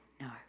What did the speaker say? No